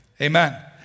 Amen